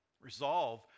resolve